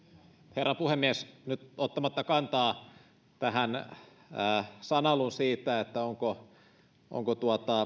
herra puhemies ottamatta kantaa tähän sanailuun siitä onko onko